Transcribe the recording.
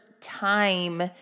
time